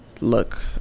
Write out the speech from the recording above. look